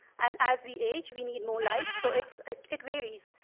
and as we age we need more light so it's it varies.